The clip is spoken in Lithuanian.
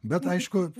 bet aišku